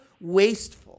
wasteful